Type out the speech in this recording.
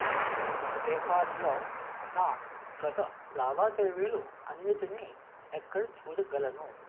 పేపాల్లో నా గత లావాదేవీలు అన్నిటినీ ఎక్కడ చూడగలను